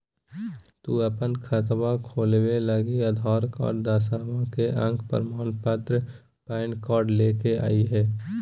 तू अपन खतवा खोलवे लागी आधार कार्ड, दसवां के अक प्रमाण पत्र, पैन कार्ड ले के अइह